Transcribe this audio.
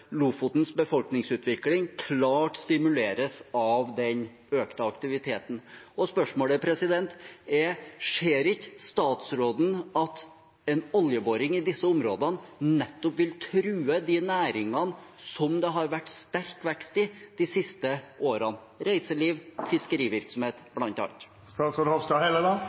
Lofotens befolkningsutvikling «klart stimuleres av den økte aktiviteten». Spørsmålet er: Ser ikke statsråden at oljeboring i disse områdene nettopp vil true de næringene som det har vært sterk vekst i de siste årene – reiseliv og fiskerivirksomhet,